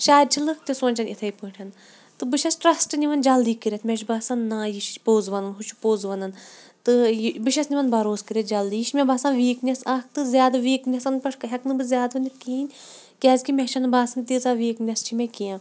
شاید چھِ لُکھ تہِ سونٛچان اِتھَے پٲٹھۍ تہٕ بہٕ چھَس ٹرٛسٹ نِوان جلدی کٔرِتھ مےٚ چھُ باسان نا یہِ چھِ پوٚز وَنان ہُہ چھُ پوٚز وَنان تہٕ یہِ بہٕ چھَس نِوا ن بروس کٔرِتھ جلدی یہِ چھِ مےٚ باسان ویٖکنٮ۪س اَکھ تہٕ زیادٕ ویٖکنٮ۪سَن پٮ۪ٹھ ہٮ۪کہٕ نہٕ بہٕ زیادٕ وٕنِتھ کِہیٖنۍ کیٛازِکہِ مےٚ چھِنہٕ باسان تیٖژاہ ویٖکنٮ۪س چھِ مےٚ کینٛہہ